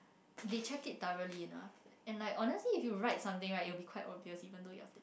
they check thoroughly enough and honestly if you write something right it will be quite obvious even though you're